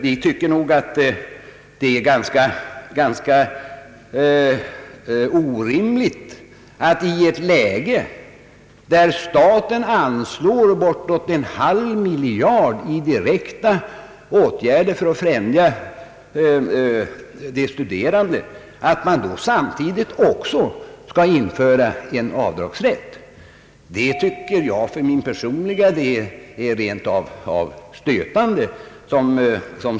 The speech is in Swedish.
Vi tycker att det är ganska orimligt att i ett läge, där staten anslår inemot en halv miljard för direkta åtgärder för att hjälpa de studerande, också införa en avdragsrätt för studiekostnader. Jag tycker att detta är rent av stötande.